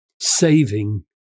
saving